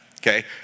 okay